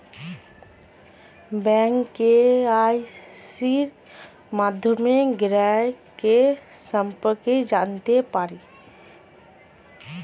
bank কেওয়াইসির মাধ্যমে গ্রাহকের সম্পর্কে জানতে পারে